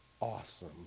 awesome